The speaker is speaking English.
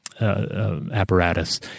Apparatus